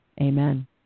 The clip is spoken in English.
Amen